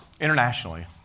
internationally